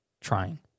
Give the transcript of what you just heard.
trying